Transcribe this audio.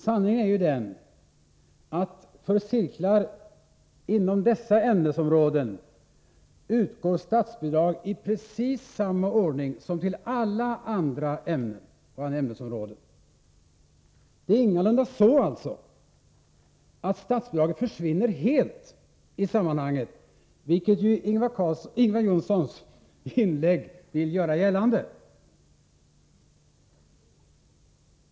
Sanningen är ju den att för cirklar inom dessa ämnesområden utgår statsbidrag i precis samma ordning som för alla andra ämnesområden. Det är alltså ingalunda så att statsbidraget försvinner helt i sammanhanget, vilket Ingvar Johnsson i sitt inlägg ville göra gällande.